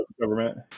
government